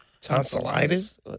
Tonsillitis